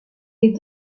les